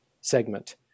segment